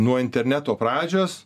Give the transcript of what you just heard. nuo interneto pradžios